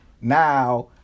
now